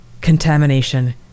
contamination